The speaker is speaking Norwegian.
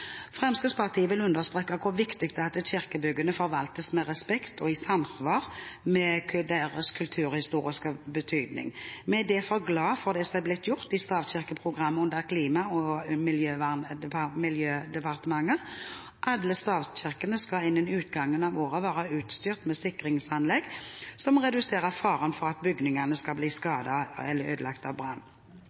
Fremskrittspartiet vil understreke hvor viktig det er at kirkebyggene forvaltes med respekt og i samsvar med deres kulturhistoriske betydning. Vi er derfor glade for det som er blitt gjort i Stavkirkeprogrammet under Klima- og miljødepartementet. Alle stavkirkene skal innen utgangen av året være utstyrt med sikringsanlegg som reduserer faren for at bygningene skal bli skadet eller ødelagt av brann.